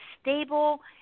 stable